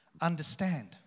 understand